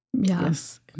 Yes